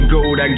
Gold